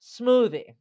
smoothie